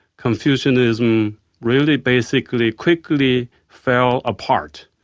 confucianism really basically quickly fell apart.